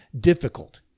difficult